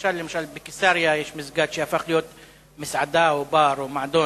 למשל בקיסריה יש מסגד שהפך להיות מסעדה או בר או מועדון.